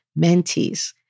mentees